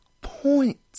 points